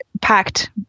packed